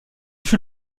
fut